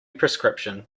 prescription